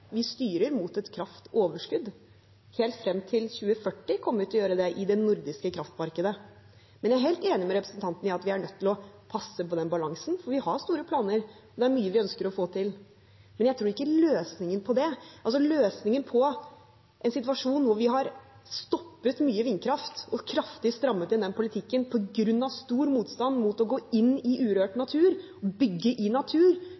Vi styrer mot et kraftoverskudd. Helt frem til 2040 kommer vi til å gjøre det, i det nordiske kraftmarkedet. Men jeg er helt enig med representanten i at vi er nødt til å passe på den balansen, for vi har store planer, og det er mye vi ønsker å få til. Jeg tror ikke løsningen på en situasjon der vi har stoppet mye vindkraft og kraftig strammet inn den politikken på grunn av stor motstand mot å gå inn i urørt natur og bygge i natur